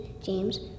James